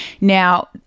Now